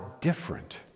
different